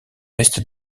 est